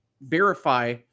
verify